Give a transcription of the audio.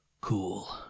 Cool